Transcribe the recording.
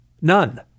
None